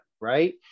Right